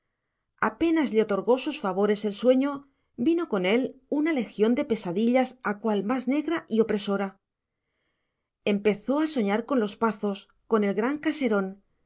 apenas le otorgó sus favores el sueño vino con él una legión de pesadillas a cual más negra y opresora empezó a soñar con los pazos con el gran caserón